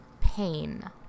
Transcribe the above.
pain